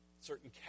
certain